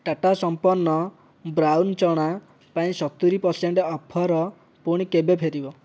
ଟାଟା ସମ୍ପନ୍ନ ବ୍ରାଉନ୍ ଚଣା ପାଇଁ ସତୁରୀ ପରସେଣ୍ଟ ଅଫର୍ ପୁଣି କେବେ ଫେରିବ